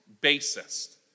basis